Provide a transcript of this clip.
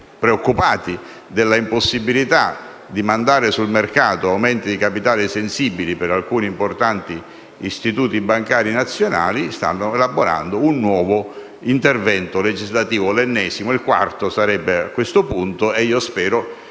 preoccupati dell'impossibilità di mandare sul mercato aumenti di capitale sensibili per alcuni importanti istituti bancari nazionali, stanno elaborando un nuovo intervento legislativo, l'ennesimo, che sarebbe il quarto a questo punto. E spero